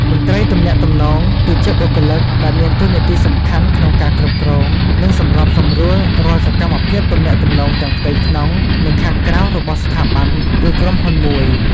មន្ត្រីទំនាក់ទំនងគឺជាបុគ្គលិកដែលមានតួនាទីសំខាន់ក្នុងការគ្រប់គ្រង និងសម្របសម្រួលរាល់សកម្មភាពទំនាក់ទំនងទាំងផ្ទៃក្នុង និងខាងក្រៅរបស់ស្ថាប័ន ឬក្រុមហ៊ុនមួយ។